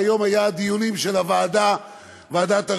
והיום היו דיונים של ועדת הרפורמות.